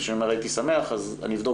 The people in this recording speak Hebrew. וכשאני אומר 'הייתי שמח' אז אני אבדוק